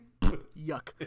Yuck